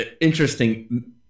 interesting